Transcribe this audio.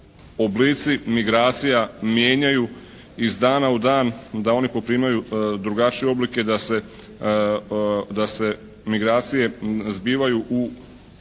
oblici migracija mijenjaju iz dana u dan, da oni poprimaju drugačije oblike, da se migracije zbivaju u